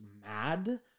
mad